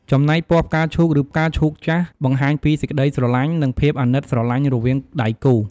ចំណែកពណ៌ផ្កាឈូកឬផ្កាឈូកចាស់ បង្ហាញពីសេចក្តីស្រឡាញ់ និងភាពអាណិតស្រឡាញ់រវាងដៃគូរ។